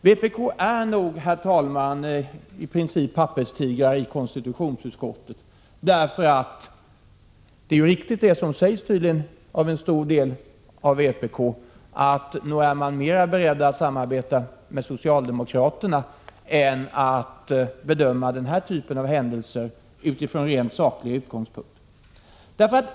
Vpk är nog, herr talman, i princip en papperstiger i konstitutionsutskottet. Det är tydligen riktigt det som sägs av en stor del av vpk, att nog är man mera beredd att samarbeta med socialdemokraterna än att bedöma den här typen av händelser utifrån rent sakliga utgångspunkter.